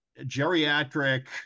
geriatric